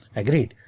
agreed,